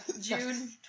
June